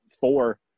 four